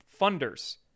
funders